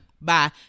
Bye